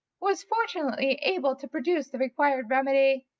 was fortunately able to produce the required remedy.